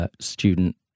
student